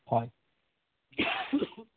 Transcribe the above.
হয়